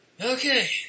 Okay